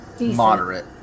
moderate